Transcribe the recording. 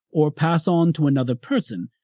or pass on to another person,